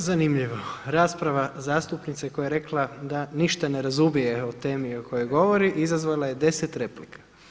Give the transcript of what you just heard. E zanimljivo, rasprava zastupnice koja je rekla da ništa ne razumije o temi o kojoj govori izazvala je deset replika.